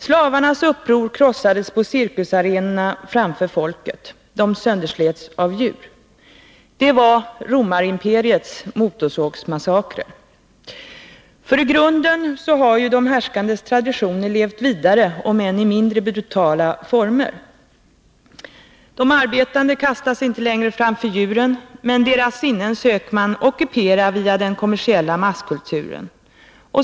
Slavarnas uppror krossades på cirkusarenorna framför folket — slavarna sönderslets av djur. Det var romarimperiets ”motorsågsmassakrer”. I grunden har de härskandes traditioner levt vidare, om än i mindre brutala former. De arbetande kastas inte längre framför djuren, men deras sinnen söker man ockupera via den kommersiella masskulturen.